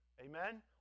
Amen